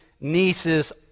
nieces